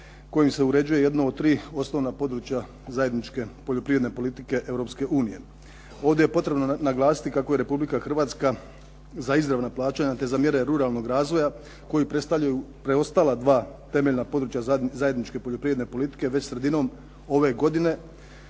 kojim se uređuje jedno od tri osnovna područja zajedničke poljoprivredne politike Europske unije. Ovdje je potrebno naglasiti kako je Republika Hrvatska za izravna plaćanja te za mjere ruralnog razvoja koji predstavljaju preostala dva temeljna područja zajedničke poljoprivredne politike već sredinom ove godine